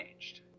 changed